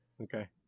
Okay